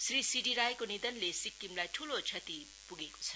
Shri C D राईको निधनले सिक्किमलाई ठूलो क्षति पुगेको छ